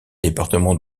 département